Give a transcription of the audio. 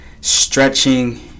stretching